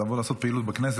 לבוא לעשות גם פעילות בכנסת.